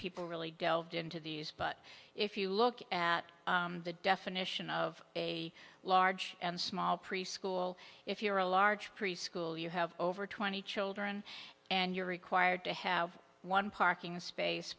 people really delved into these but if you look at the definition of a large and small preschool if you're a large preschool you have over twenty children and you're required to have one parking space